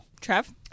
Trev